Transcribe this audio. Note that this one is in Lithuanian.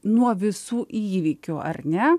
nuo visų įvykių ar ne